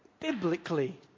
biblically